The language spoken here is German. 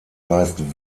reist